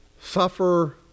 suffer